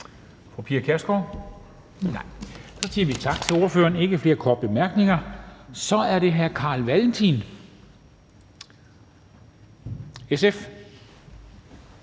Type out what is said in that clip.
kort bemærkning? Nej, så siger vi tak til ordføreren. Der er ikke flere korte bemærkninger. Så er det hr. Carl Valentin, SF.